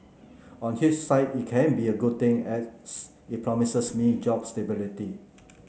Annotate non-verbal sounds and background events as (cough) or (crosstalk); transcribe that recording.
on (unintelligible) it can be a good thing as (unintelligible) it promises me job stability